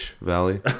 Valley